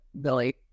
billy